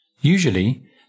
Usually